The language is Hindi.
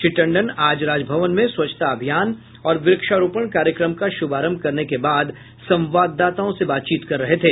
श्री टंडन आज राजभवन में स्वच्छता अभियान और वृक्षारोपण कार्यक्रम का शुभारंभ करने के बाद संवाददाताओं से बातचीत कर रहे थे